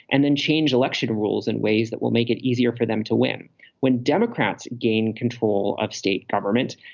and then change election rules in ways that will make it easier for them to win when democrats gain control of state government.